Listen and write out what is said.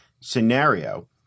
scenario